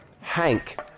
Hank